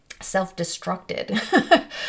self-destructed